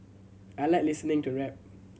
I like listening to rap